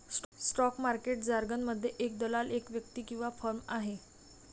stock market जारगनमध्ये, एक दलाल एक व्यक्ती किंवा फर्म आहे